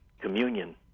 communion